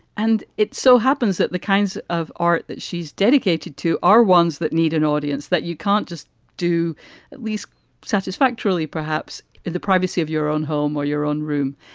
and it so happens that the kinds of art that she's dedicated to are ones that need an audience that you can't just do at least satisfactorily, perhaps in the privacy of your own home or your own room.